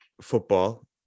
football